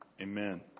Amen